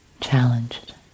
challenged